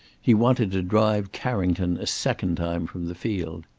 he wanted to drive carrington a second time from the field.